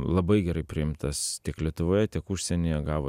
labai gerai priimtas tiek lietuvoje tiek užsienyje gavo